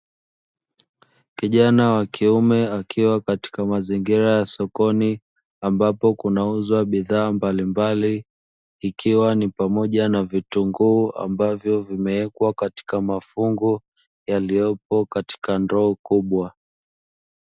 Kijana wa kiume akiwa katika mazingira ya sokoni, ambapo kunauzwa bidhaa mbalimbali, ikiwa ni pamoja na vitunguu ambavyo vimewekwa katika mafungu yaliyopo katika ndoo kubwa.